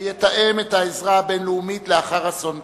שיתאם את העזרה הבין-לאומית לאחר אסון טבע.